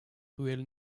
ruelle